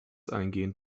eingehend